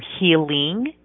healing